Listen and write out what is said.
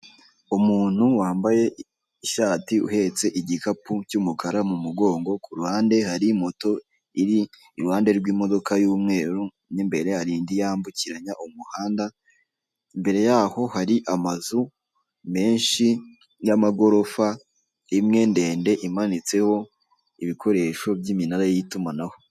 Umuntu wambaye ishati uhetse igikapu cy'umukara mu mugongo, ku ruhande hari moto iri iruhande rw'imodoka y'umweru n'imbere hari indi yambukiranya umuhanda, imbere yaho hari amazu menshi y'amagorofa imwe ndende imanitseho ibikoresho by'iminara y'itumanaho.